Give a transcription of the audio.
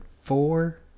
four